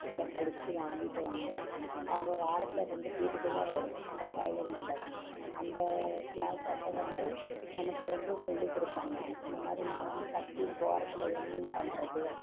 அடம் பிடிச்சி வாங்கிட்டு வந்து அவங்க வாரத்தில் ரெண்டு பீரிய்டு தான் வரும் அந்த டைலரிங் க்ளாஸ் அந்த க்ளாஸ் அப்போ வந்து நமக்கு வந்து சொல்லி கொடுத்தாங்க அந்த மாதிரி நான் வந்து கர்ச்சீஃப் ஓரத்தில் எம்மிங் பண்ணுறது